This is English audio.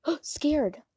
scared